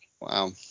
Wow